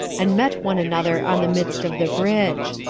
and met one another on the midst of the bridge.